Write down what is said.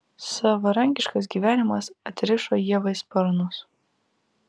savarankiškas gyvenimas atrišo ievai sparnus